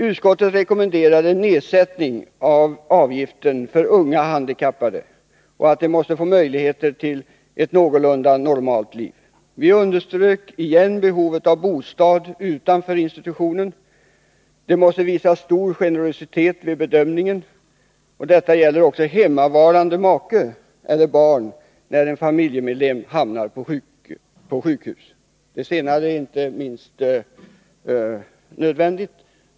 Utskottet rekommenderade en nedsättning av avgiften för unga handikappade och att de måste få möjligheter till ett någorlunda normalt liv. Vi underströk igen behovet av bostad utanför institutionen och att man måste visa stor generositet vid bedömningen. Detta gäller även hemmavarande make eller barn när en familjemedlem hamnar på sjukhus. Inte minst det senare är nödvändigt.